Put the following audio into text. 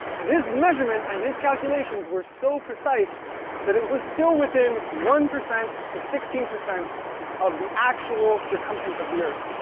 and his measurements and his calculations were so precise that it was still within one percent to sixteen percent of the actual circumference of the earth.